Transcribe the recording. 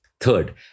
Third